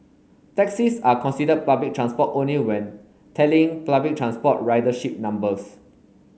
taxis are considered public transport only when tallying transport ridership numbers